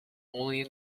only